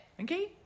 okay